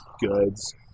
goods